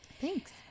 Thanks